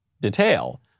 detail